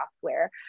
software